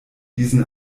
diesen